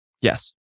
Yes